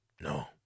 No